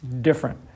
different